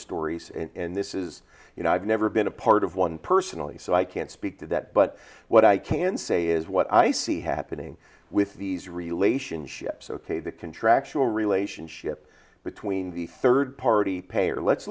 stories and this is you know i've never been a part of one personally so i can't speak to that but what i can say is what i see happening with these relationships ok the contractual relationship between the third party payer let's